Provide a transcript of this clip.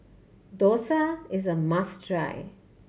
dosa is a must try